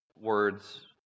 words